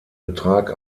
betrag